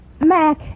Mac